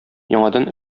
яңадан